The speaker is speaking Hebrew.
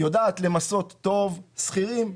יודעת למסות טוב שכירים,